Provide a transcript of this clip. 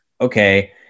okay